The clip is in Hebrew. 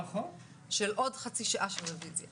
ניצולי שואה, על מה אנחנו מדברים.